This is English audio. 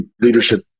leadership